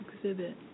exhibit